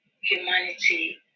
humanity